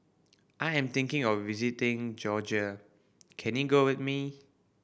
I am thinking of visiting Georgia can you go with me